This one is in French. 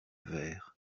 vert